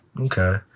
okay